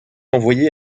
envoyé